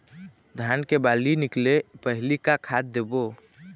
धान के बाली निकले पहली का खाद देबो?